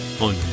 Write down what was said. on